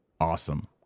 Awesome